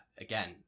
again